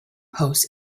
post